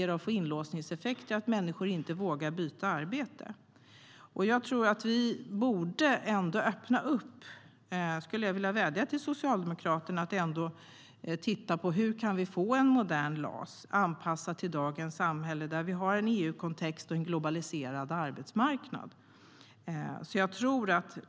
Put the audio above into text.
Att människor inte vågar byta arbete riskerar att ge inlåsningseffekter. Jag vill vädja till Socialdemokraterna att titta på hur vi kan få en modern LAS som är anpassad till dagens samhälle där vi har en EU-kontext och en globaliserad arbetsmarknad.